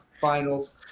Finals